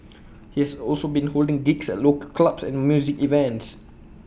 he has also been holding gigs at local clubs and music events